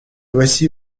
voici